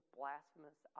blasphemous